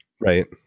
right